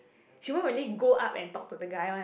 she won't really go up and talk to the guy one